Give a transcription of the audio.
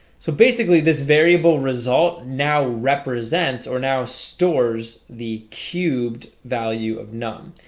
so basically this variable result now represents or now stores the cubed value of num